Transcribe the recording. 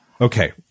Okay